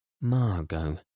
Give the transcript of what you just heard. Margot